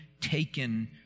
taken